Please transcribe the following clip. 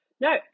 No